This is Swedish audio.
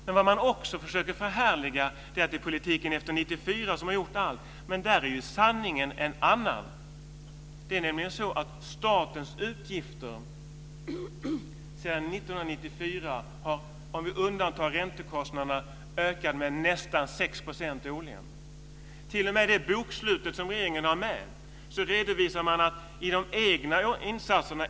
Man försöker också förhärliga och säga att det är politiken efter 1994 som har gjort allt. Sanningen är dock en annan. Statens utgifter har sedan 1994 ökat med nästan 6 % årligen, om vi undantar räntekostnaderna. I det bokslut som regeringen har med redovisar man de egna insatserna.